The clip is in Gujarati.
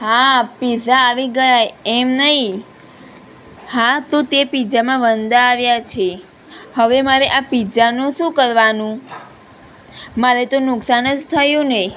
હા પીઝા આવી ગયા એમ નહીં હા તો તે પીઝામાં વંદા આવ્યા છે હવે મારે આ પીઝાનું શું કરવાનું મારે તો નુકસાન જ થયું ને